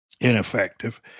ineffective